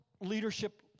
leadership